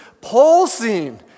pulsing